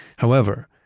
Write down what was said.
however,